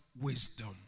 Wisdom